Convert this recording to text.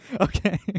Okay